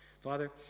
father